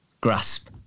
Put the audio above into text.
grasp